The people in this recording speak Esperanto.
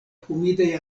humidaj